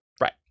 right